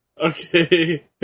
Okay